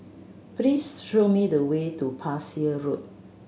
please show me the way to Parsi Road